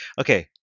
okay